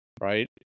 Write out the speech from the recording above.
Right